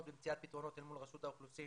במציאת פתרונות אל מול רשות האוכלוסין